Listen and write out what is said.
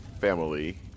family